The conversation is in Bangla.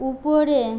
উপরে